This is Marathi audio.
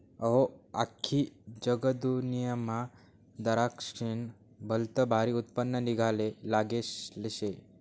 अहो, आख्खी जगदुन्यामा दराक्शेस्नं भलतं भारी उत्पन्न निंघाले लागेल शे